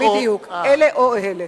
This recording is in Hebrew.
בדיוק, אלה או אלה.